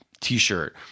t-shirt